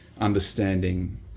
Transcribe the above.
understanding